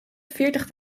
veertig